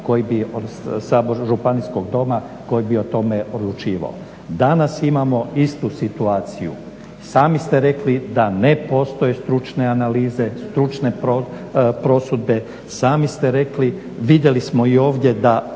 koji bi o tome odlučivao. Danas imamo istu situaciju. Sami ste rekli da ne postoje stručne analize, stručne prosudbe, sami ste rekli vidjeli smo i ovdje da